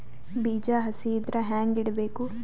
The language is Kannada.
ಬೀಜ ಹಸಿ ಇದ್ರ ಹ್ಯಾಂಗ್ ಇಡಬೇಕು?